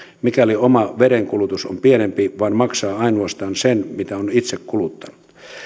mikäli oma vedenkulutus on pienempi vaan maksaa ainoastaan sen mitä on itse kuluttanut